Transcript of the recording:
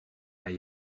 bij